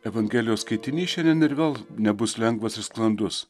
evangelijos skaitinys šiandien ir vėl nebus lengvas ir sklandus